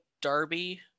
Darby